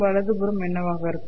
வலது புறம் என்னவாக இருக்கும்